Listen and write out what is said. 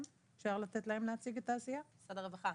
לתת להם להציג את העשייה של משרד הרווחה?